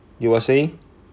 you were saying